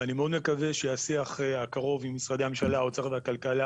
אני מאוד מקווה שהשיח הקרוב עם משרדי הממשלה עובר לכלכלה